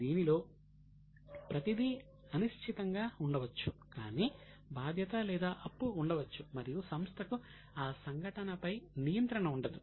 దీనిలో ప్రతిదీ అనిశ్చితంగా ఉండవచ్చు కానీ బాధ్యత లేదా అప్పు ఉండవచ్చు మరియు సంస్థకు ఆ సంఘటనపై నియంత్రణ ఉండదు